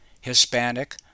Hispanic